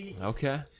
Okay